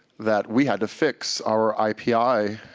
that we had to fix our ipi